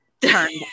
turned